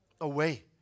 away